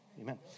Amen